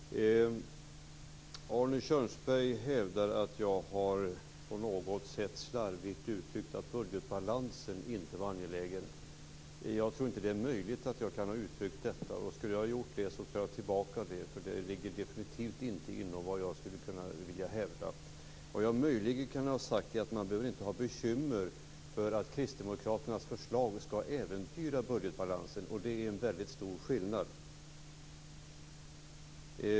Fru talman! Arne Kjörnsberg hävdar att jag på något sätt slarvigt uttryckt att budgetbalansen inte var angelägen. Jag tror inte att det kan vara möjligt att jag uttryckt detta. Skulle jag ha gjort det skall jag ta tillbaka det. Det ligger definitivt inte inom vad jag skulle vilja hävda. Vad jag möjligen kan ha sagt är att man inte behöver ha bekymmer för att Kristdemokraternas förslag skulle äventyra budgetbalansen. Det är en väldigt stor skillnad.